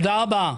תודה רבה.